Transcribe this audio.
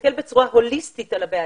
להסתכל בצורה הוליסטית על הבעיה.